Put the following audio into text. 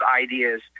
ideas